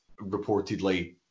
reportedly